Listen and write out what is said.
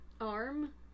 Arm